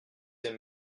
ses